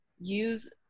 use